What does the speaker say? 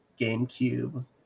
GameCube